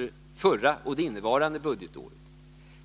det förra och det innevarande budgetåret.